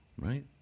Right